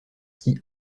qui